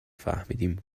فهمیدیم